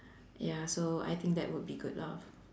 ya so I think that would be good lor